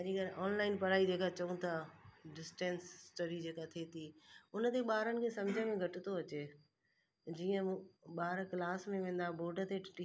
अॼकल्ह ऑनलाइन पढ़ाई जेका चऊं था डिस्टेंस स्टडी जेका थिए थी उन ते ॿारनि खे सम्झ में घटि थो अचे जीअं उहे ॿार क्लास में वेंदा बोड ते टीचर